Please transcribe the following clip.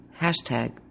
Hashtag